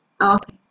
Okay